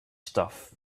stuff